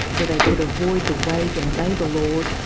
where they could avoid the wage and labour laws,